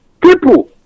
people